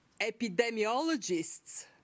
epidemiologists